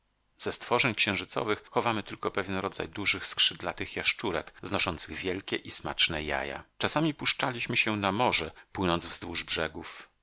ze stworzeń księżycowych chowamy tylko pewien rodzaj dużych skrzydlatych jaszczurek znoszących wielkie i smaczne jaja czasami puszczaliśmy się na morze płynąc wzdłuż brzegów